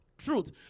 truth